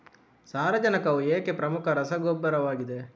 ಸಾರಜನಕವು ಏಕೆ ಪ್ರಮುಖ ರಸಗೊಬ್ಬರವಾಗಿದೆ?